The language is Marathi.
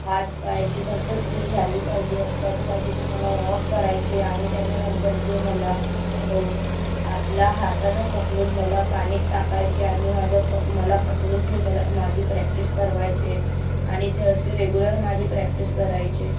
हातपायचे नसे फ्री झाली पाहिजे त्याच्यासाठी ते मला वॉमॉप करायचे आणि त्याच्यानंतर ते मला आपल्या हातानं पकडून मला पाण्यात टाकायचे आणि माझ्या प मला पकडून ते मला माझी प्रॅक्टिस करवायचे आणि ते असे रेगुलर माझी प्रॅक्टिस करायचे